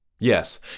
Yes